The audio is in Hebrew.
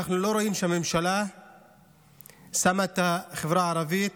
אנחנו לא רואים שהממשלה שמה את החברה הערבית,